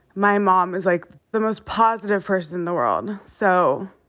my mom is, like the most positive person in the world. so,